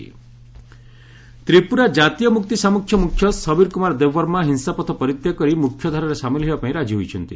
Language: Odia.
ଏନ୍ଏଲ୍ଏଫ୍ ତ୍ରିପୁରା ତ୍ରିପୁରା କାତୀୟ ମୁକ୍ତି ସାମ୍ପୁଖ୍ୟ ମୁଖ୍ୟ ସବୀର କୁମାର ଦେବବର୍ମା ହିଂସାପଥ ପରିତ୍ୟାଗ କରି ମୁଖ୍ୟଧାରାରେ ସାମିଲ ହେବା ପାଇଁ ରାଜି ହୋଇଛନ୍ତି